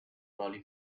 brolly